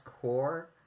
core